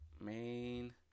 main